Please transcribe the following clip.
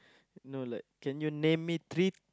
no like can you name me three